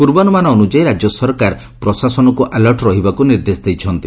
ପୂର୍ବାନୁମାନ ଅନୁଯାୟୀ ରାକ୍ୟସରକାର ପ୍ରଶାସନକୁ ଆଲର୍ଟ ରହିବାକୁ ନିର୍ଦ୍ଦେଶ ଦେଇଛନ୍ତି